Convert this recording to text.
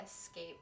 escape